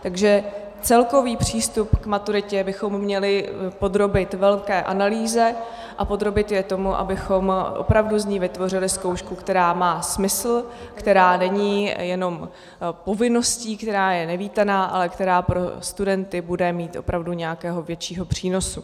Takže celkový přístup k maturitě bychom měli podrobit velké analýze a podrobit jej tomu, abychom opravdu z ní vytvořili zkoušku, která má smysl, která není jenom povinností, která je nevítaná, ale která pro studenty bude mít opravdu nějaký větší přínos.